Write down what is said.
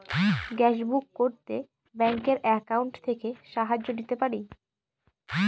Gas book করতে ব্যাংকের account থেকে সাহায্য নিতে পারি?